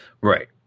Right